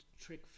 trick